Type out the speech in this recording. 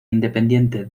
independiente